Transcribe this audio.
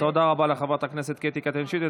תודה רבה לחברת הכנסת קטי קטרין שטרית.